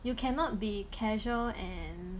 you cannot be casual and